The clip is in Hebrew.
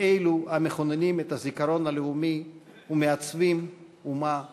מאלו המכוננים את הזיכרון הלאומי ומעצבים אומה לדורות.